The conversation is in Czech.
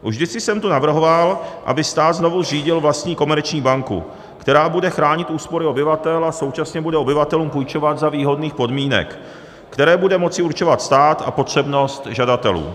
Už kdysi jsem tu navrhoval, aby stát znovu zřídil vlastní komerční banku, která bude chránit úspory obyvatel a současně bude obyvatelům půjčovat za výhodných podmínek, které bude moci určovat stát a potřebnost žadatelů.